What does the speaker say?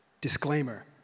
Disclaimer